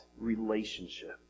relationship